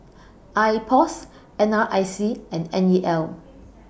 Ipos N R I C and N E L